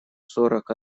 сорок